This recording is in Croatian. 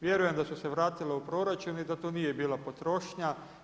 Vjerujem da su se vratila u proračun i da to nije bila potrošnja.